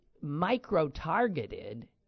micro-targeted